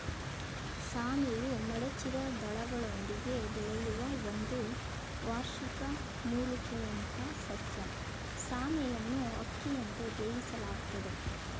ಸಾಮೆಯು ಮಡಚಿದ ದಳಗಳೊಂದಿಗೆ ಬೆಳೆಯುವ ಒಂದು ವಾರ್ಷಿಕ ಮೂಲಿಕೆಯಂಥಸಸ್ಯ ಸಾಮೆಯನ್ನುಅಕ್ಕಿಯಂತೆ ಬೇಯಿಸಲಾಗ್ತದೆ